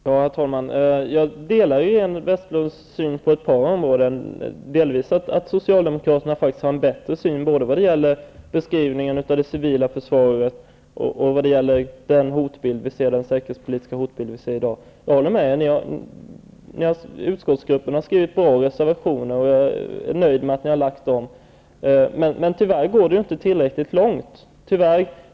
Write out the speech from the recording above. Herr talman! Jag delar Iréne Vestlunds syn på ett par områden. Jag menar också att Socialdemokraterna delvis har en bättre syn, både vad gäller beskrivningen av det civila försvaret och den säkerhetspolitiska hotbilden som finns i dag. Jag håller med henne. Utskottsgruppen har skrivit bra reservationer. Jag är nöjd med att ni har avgett dem. Men tyvärr går de inte tillräckligt långt.